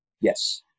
Yes